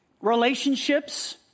relationships